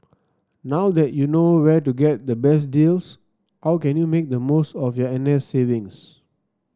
now that you know where to get the best deals how can you make the most of your N S savings